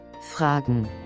Fragen